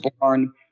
born